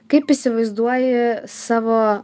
kaip įsivaizduoji savo